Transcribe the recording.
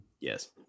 Yes